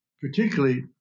particularly